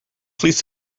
please